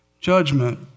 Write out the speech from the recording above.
judgment